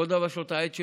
לכל דבר יש את העת שלו,